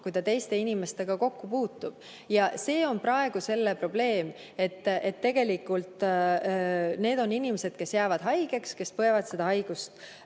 kui ta teiste inimestega kokku puutub. See on praegu probleem, et need on inimesed, kes jäävad haigeks ja kes põevad seda haigust